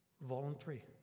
voluntary